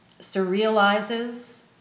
surrealizes